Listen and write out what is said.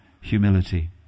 humility